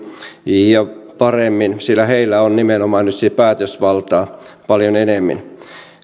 ja paremmin sillä niillä on nimenomaan nyt päätösvaltaa paljon enemmän